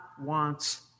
wants